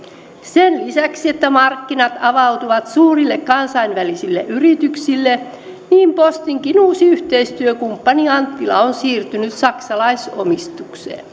sen lisäksi että markkinat avautuvat suurille kansainvälisille yrityksille postinkin uusi yhteistyökumppani anttila on siirtynyt saksalaisomistukseen